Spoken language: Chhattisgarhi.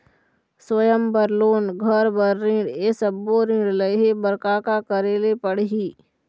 स्वयं बर लोन, घर बर ऋण, ये सब्बो ऋण लहे बर का का करे ले पड़ही?